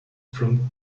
from